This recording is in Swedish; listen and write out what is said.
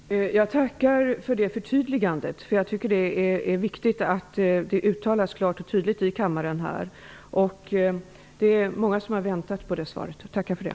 Herr talman! Jag tackar för det förtydligandet. Det är viktigt att det klart och tydligt uttalas här i kammaren. Många har väntat på det svaret. Tack för det!